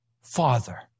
Father